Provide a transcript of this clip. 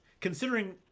considering